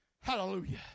Hallelujah